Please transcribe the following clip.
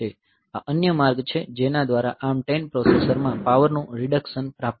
આ અન્ય માર્ગ છે જેના દ્વારા ARM10 પ્રોસેસરમાં પાવરનું રીડક્સન પ્રાપ્ત થાય છે